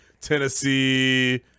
Tennessee –